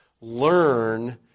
learn